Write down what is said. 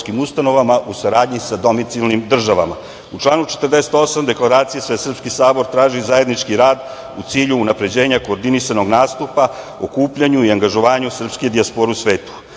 U članu 48. deklaracije Svesrpski sabor traži zajednički rad u cilju unapređenja koordinisanog nastupa, okupljanju i angažovanju srpske dijaspore u